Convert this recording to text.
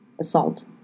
Assault